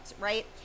right